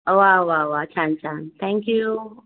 वा वा वा छान छान थँक्यू